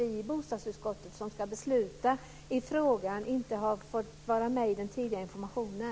Vi i bostadsutskottet, som ska besluta i frågan, har inte fått vara med på tidigare informationer.